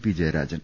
P Jayarajan